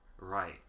Right